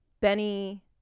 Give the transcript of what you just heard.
Benny